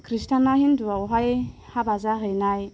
खृष्टान हिन्दुआवहाय हाबा जाहैनाय